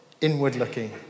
inward-looking